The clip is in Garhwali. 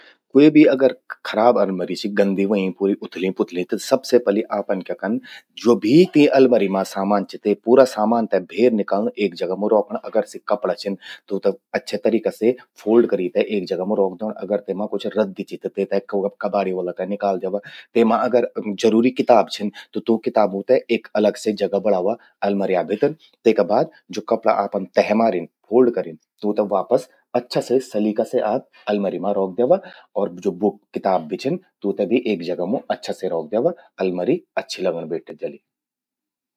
क्वे भी खराब अलमरि चि, गंदी व्हयीं, उथल्यीं पुथल्यीं चि त सबसे पलि आपन क्या कन, ज्वो भी तीं अलमरि मां सामान चि ते पूरा सामान ते भेर निकल्लं, एक जगा मूं रौखण। अगर सी कपड़ा छिन, तूंते अच्छा तरिका से फोल्ड करी ते एक जगा मूं रौख द्योण। अगर तेमा कुछ रद्दी चि त तेते कबाड़ी वला ते निकाल द्यवा। तेमा अगर जरूरी किताब छिन, त तूं किताबूं ते एक अलग से जगा बणावा अलमर्या भितर। तेका बाद ज्वो कपड़ा आपन तह मारिन, तूंते वापस अच्छा से सलीका से आप अलमरि मां रौख द्यवा। और ज्वो किताब भी छिन तूंते अच्छा से एक जगा मूं रौख द्यवा। अलमरि अच्छी लगण बैठ जलि।